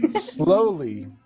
Slowly